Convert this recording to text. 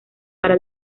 para